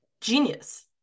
genius